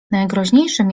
najgroźniejszym